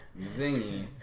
zingy